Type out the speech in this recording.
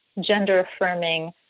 gender-affirming